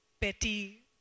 petty